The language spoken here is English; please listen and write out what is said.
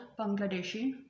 Bangladeshi